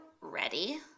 ready